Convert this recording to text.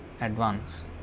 advance